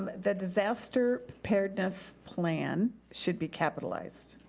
that disaster preparedness plan should be capitalized.